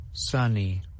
Sunny